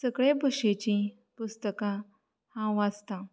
सगळे भाशेंची पुस्तकां हांव वाचतां